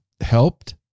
helped